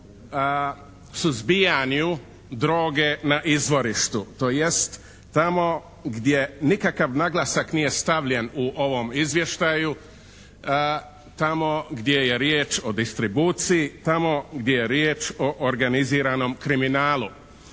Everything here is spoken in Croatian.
o suzbijanju droge na izvorištu, tj. tamo gdje nikakav naglasak nije stavljen u ovom izvještaju, tamo gdje je riječ o distribuciji, tamo gdje je riječ o organiziranom kriminalu.